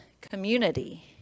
community